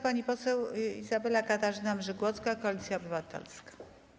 Pani poseł Izabela Katarzyna Mrzygłocka, Koalicja Obywatelska.